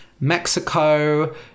Mexico